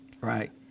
Right